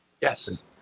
Yes